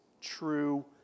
true